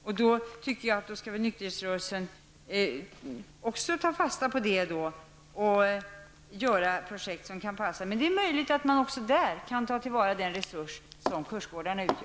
Jag tycker att också nykterhetsrörelsen skall ta fasta på det och ta fram passande projekt. Men det är möjligt att man också där kan ta till vara den resurs som kursgårdarna utgör.